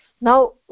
Now